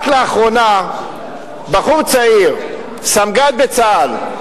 רק לאחרונה בחור צעיר, סמג"ד בצה"ל,